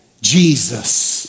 Jesus